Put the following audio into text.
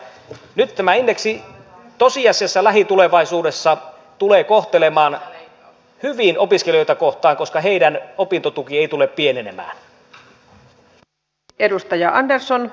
nyt tämä indeksi tosiasiassa lähitulevaisuudessa tulee kohtelemaan hyvin opiskelijoita koska heidän opintotukensa ei tule pienenemään